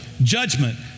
Judgment